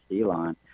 Elon